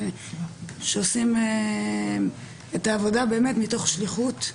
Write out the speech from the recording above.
שעושים את העבודה באמת מתוך שליחות.